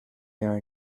are